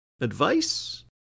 Advice